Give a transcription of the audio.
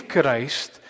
Christ